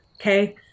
okay